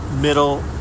middle